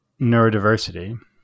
neurodiversity